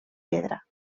pedra